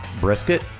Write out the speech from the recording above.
Brisket